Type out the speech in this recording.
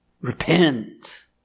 Repent